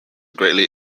greatly